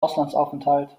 auslandsaufenthalt